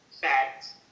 fact